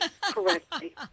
correctly